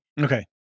Okay